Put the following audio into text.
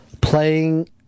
playing